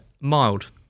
Mild